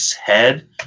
head